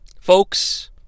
Folks